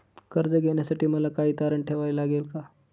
कर्ज घेण्यासाठी मला काही तारण ठेवावे लागेल का?